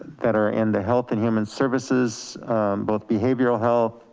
that are in the health and human services both behavioral health,